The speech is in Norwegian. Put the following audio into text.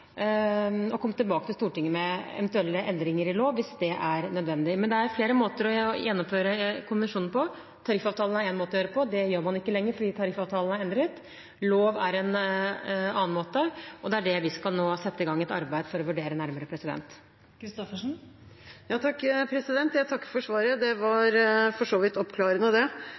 og komme tilbake til Stortinget med eventuelle endringer i lov, hvis det er nødvendig. Men det er flere måter å gjennomføre konvensjonen på. Tariffavtalene er én måte å gjøre det på. Det gjør man ikke lenger, fordi tariffavtalene er endret. Lov er en annen måte. Det er det vi nå skal sette i gang et arbeid med for å vurdere nærmere. Jeg takker for svaret. Det var for så vidt oppklarende.